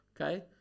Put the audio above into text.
Okay